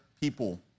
people